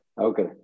Okay